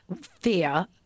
fear